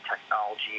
technology